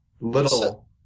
little –